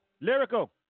lyrical